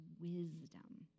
wisdom